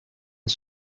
une